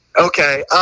okay